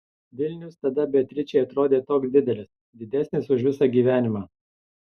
vilnius tada beatričei atrodė toks didelis didesnis už visą gyvenimą